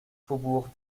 faubourg